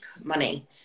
money